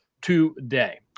today